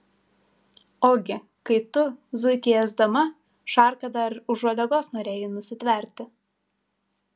ogi kai tu zuikį ėsdama šarką dar už uodegos norėjai nusitverti